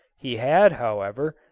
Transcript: he had, however,